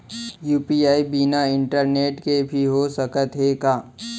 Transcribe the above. UPI बिना internet के भी हो सकत हे का?